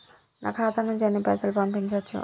నా ఖాతా నుంచి ఎన్ని పైసలు పంపించచ్చు?